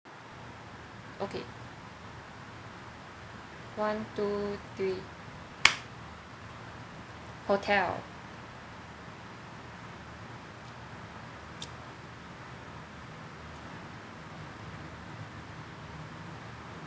okay one two three hotel